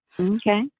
Okay